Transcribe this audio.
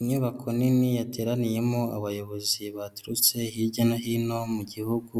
Inyubako nini yateraniyemo abayobozi baturutse hirya no hino mu gihugu